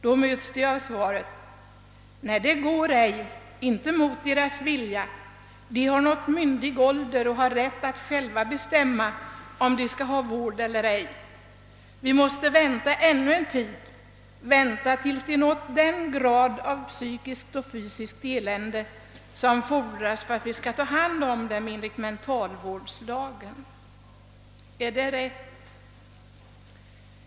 Då möts de av svaret: Nej, det går inte att göra mot deras vilja. De har nått myndig ålder och har rätt att själva bestämma om de skall ha vård eller ej. Vi måste vänta ännu en tid, vänta till dess de nått den grad av psykiskt och fysiskt elände som fordras för att vi skall kunna ta hand om dem enligt mentalvårdslagen. Är det rätt?